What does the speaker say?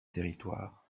territoire